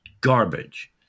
garbage